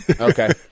Okay